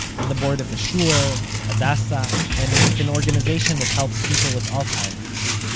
on the board of the shul, at hadassah and with an organization that helps people with alzheimer's.